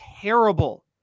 terrible